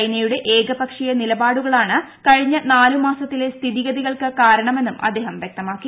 ചൈനയുടെ ഏകപക്ഷീയ നിലപാടുകളാണ് കഴിഞ്ഞ നാലുമാസത്തിലെ സ്ഥിതിഗതികൾക്ക് കാരണമെന്നും അദ്ദേഹം വൃക്തമാക്കി